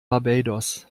barbados